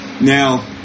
Now